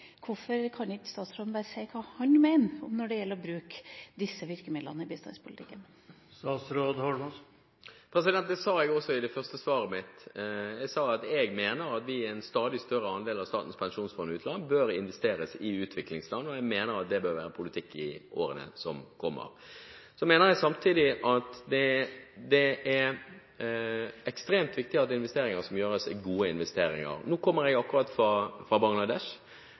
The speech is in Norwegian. Hvorfor kan ikke statsråden bare si hva han mener når det gjelder å bruke disse virkemidlene i bistandspolitikken? Jeg sa i det første svaret mitt at jeg mener at en stadig større andel av Statens pensjonsfond utland bør investeres i utviklingsland, og jeg mener det bør være politikken i årene som kommer. Så mener jeg samtidig at det er ekstremt viktig at investeringer som gjøres, er gode investeringer. Nå kommer jeg akkurat fra Bangladesh,